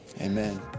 amen